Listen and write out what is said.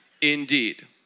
indeed